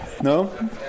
no